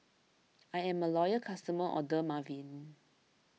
I'm a loyal customer of Dermaveen